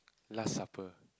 last supper